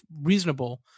reasonable